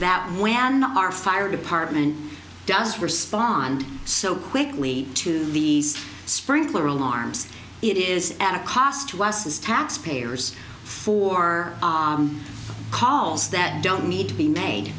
that when and our fire department does respond so quickly to these sprinkler alarms it is a cost to us as taxpayers for calls that don't need to be made